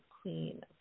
Queen